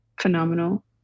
phenomenal